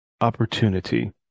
opportunity